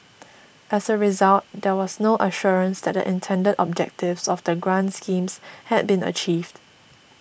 as a result there was no assurance that the intended objectives of the grant schemes had been achieved